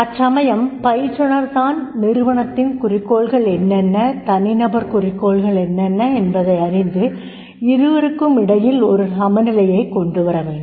அச்சமயம் பயிற்றுனர் தான் நிறுவனத்தின் குறிக்கோள்கள் என்னென்ன தனி நபர் குறிக்கோள்கள் என்னென்ன என்பதையறிந்து இருவருக்குமிடையில் ஒரு சமநிலையைக் கொண்டுவரவேண்டும்